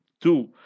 Two